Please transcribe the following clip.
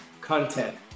content